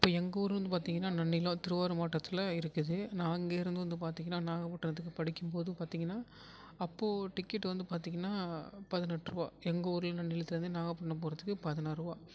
இப்போ எங்கள் ஊருன்னு பார்த்தீங்கன்னா நன்னிலம் திருவாரூர் மாவட்டத்தில் இருக்குது நான் அங்கேருந்து வந்து பார்த்திங்கன்னா நாகப்பட்டினத்துக்கு படிக்கும்போது பார்த்திங்கன்னா அப்போது டிக்கெட் வந்து பார்த்திங்கன்னா பதினெட்ரூபா எங்கள் ஊர் நன்னிலைத்துலேருந்து நாகப்பட்டினம் போகிறதுக்கு பதினாரூபா